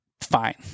fine